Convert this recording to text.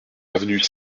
avenue